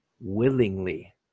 willingly